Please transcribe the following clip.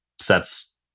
sets